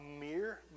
mere